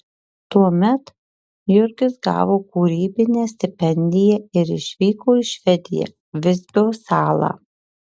tuomet jurgis gavo kūrybinę stipendiją ir išvyko į švediją visbio salą